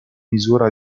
misura